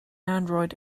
android